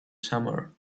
summer